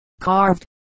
carved